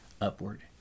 Upward